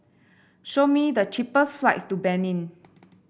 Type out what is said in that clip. show me the cheapest flights to Benin